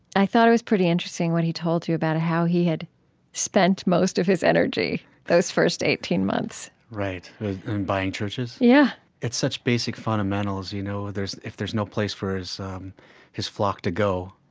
i thought it was pretty interesting what he told you about how he had spent most of his energy those first eighteen months right, in buying churches? yeah it's such basic fundamentals, you know. if there's no place for his um his flock to go,